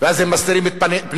ואז הם מסתירים את פניהם,